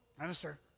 minister